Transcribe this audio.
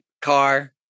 car